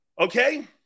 Okay